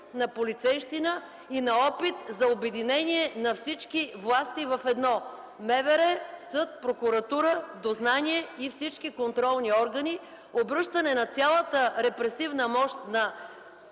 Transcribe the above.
на полицейщина и на опит за обединение на всички власти – МВР, съд, прокуратура, дознание и всички контролни органи в едно; обръщане на цялата репресивна мощ на